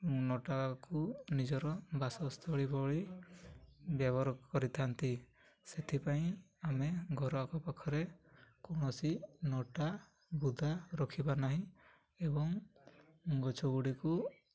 ଲତାକୁ ନିଜର ବାସସ୍ଥଳୀ ଭଳି ବ୍ୟବହାର କରିଥାନ୍ତି ସେଥିପାଇଁ ଆମେ ଘର ଆଖ ପାଖରେ କୌଣସି ଲତା ବୁଦା ରଖିବା ନାହିଁ ଏବଂ ଗଛ ଗୁଡ଼ିକୁ